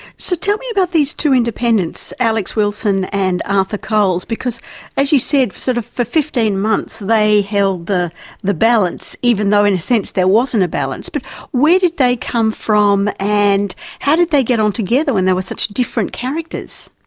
so tell me about these two independents, alex wilson and arthur coles, because as you said sort of for fifteen months, they held the the balance, even though in a sense there wasn't a balance, but where did they come from and how did they get on together when they were such different characters?